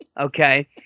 okay